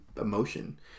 emotion